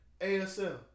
ASL